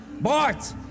Bart